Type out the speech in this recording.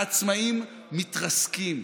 העצמאים מתרסקים.